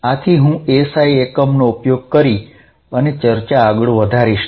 આથી હું SI એકમનો ઉપયોગ કરી અને ચર્ચા આગળ વધારીશ